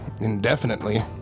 indefinitely